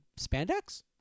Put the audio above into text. spandex